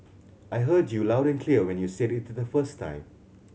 I heard you loud and clear when you said it the first time